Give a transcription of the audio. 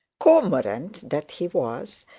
cormorant that he was,